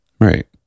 Right